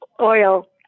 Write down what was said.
oil